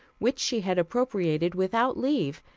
which she had appropriated without leave,